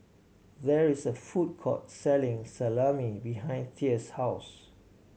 there is a food court selling Salami behind Thea's house